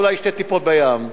אולי שתי טיפות בים,